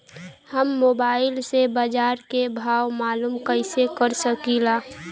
हम मोबाइल से बाजार के भाव मालूम कइसे कर सकीला?